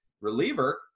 reliever